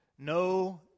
No